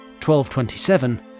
1227